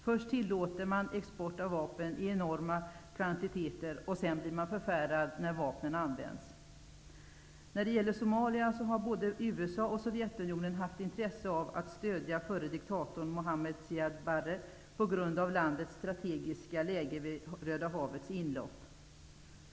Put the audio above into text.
Först tillåter man export av vapen i enorma kvantiteter, sedan blir man förfärad när vapnen används. När det gäller Somalia har både USA och Sovjetunionen haft intresse av att stödja förre diktatorn Mohammed Siad Barre på grund av landets strategiska läge vid Röda havets inlopp.